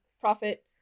profit